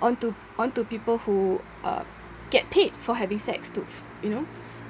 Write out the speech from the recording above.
on to on to people who uh get paid for having sex to f~ you know